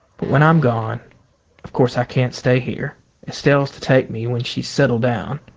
but when i'm gone of course i can't stay here estelle's to take me when she's settled down.